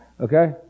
Okay